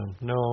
no